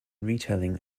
retelling